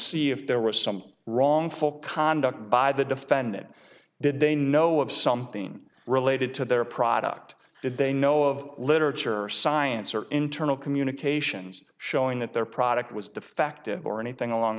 see if there was some wrongful conduct by the defendant did they know of something related to their product did they know of literature or science or internal communications showing that their product was defective or anything along